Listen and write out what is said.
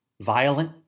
violent